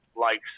likes